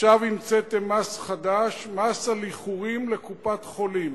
עכשיו המצאתם מס חדש, מס על איחורים לקופת-חולים.